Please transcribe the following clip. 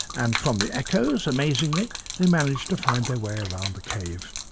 and from the echoes, amazingly, they manage to find their way around the cave.